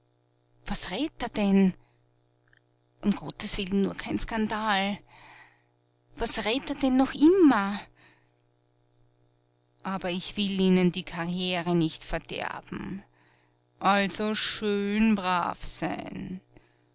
was red't er denn um gottes willen nur kein skandal was red't er denn noch immer aber ich will ihnen die karriere nicht verderben also schön brav sein